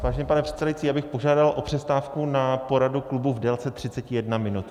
Vážený pane předsedající, já bych požádal o přestávku na poradu klubu v délce třiceti jedné minuty.